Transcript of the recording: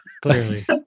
clearly